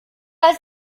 als